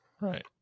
right